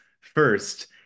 First